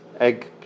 egg